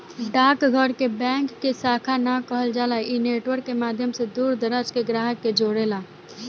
डाक घर के बैंक के शाखा ना कहल जाला इ नेटवर्क के माध्यम से दूर दराज के ग्राहक के जोड़ेला